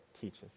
teaches